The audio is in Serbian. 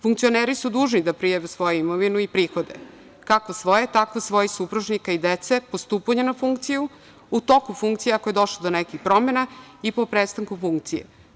Funkcioneri su dužni da prijave svoju imovinu i prihode, kako svoje, tako svojih supružnika i dece, po stupanju na funkciju, u toku funkcije, ako je došlo do nekih promena i po prestanku funkcije.